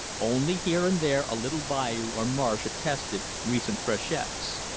only here and there a little bayou or marsh attested recent freshets.